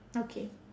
okay